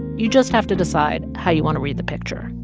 you just have to decide how you want to read the picture